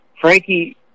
Frankie